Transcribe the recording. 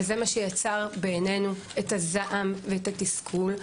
זה מה שיצר בעינינו את הזעם ואת התסכול,